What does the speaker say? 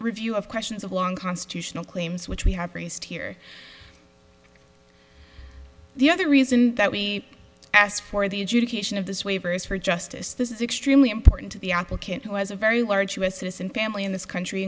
review of questions of long constitutional claims which we have raised here the other reason that we asked for the adjudication of this waivers for justice this is extremely important to the as a very large u s citizen family in this country